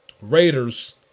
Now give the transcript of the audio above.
Raiders